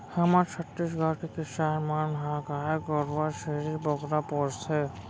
हमर छत्तीसगढ़ के किसान मन ह गाय गरूवा, छेरी बोकरा पोसथें